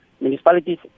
municipalities